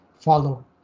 follow